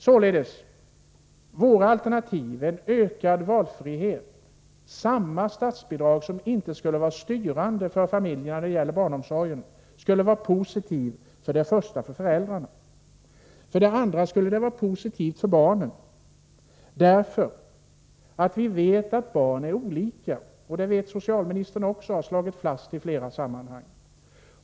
Således är vårt alternativ ökad valfrihet. Samma statsbidrag, som inte skulle vara styrande för familjen när det gäller val av barnomsorg, skulle för det första vara positivt för föräldrarna. För det andra skulle det vara positivt för barnen, för vi vet att barn är olika. Det vet socialministern också, och det har han slagit fast i flera sammanhang.